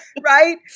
right